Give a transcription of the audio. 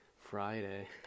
Friday